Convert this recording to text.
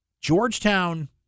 Georgetown